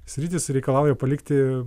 sritys reikalauja palikti